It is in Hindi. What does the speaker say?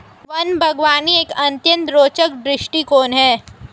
वन बागवानी एक अत्यंत रोचक दृष्टिकोण है